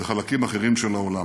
ובחלקים אחרים של העולם.